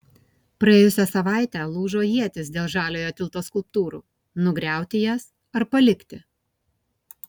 praėjusią savaitę lūžo ietys dėl žaliojo tilto skulptūrų nugriauti jas ar palikti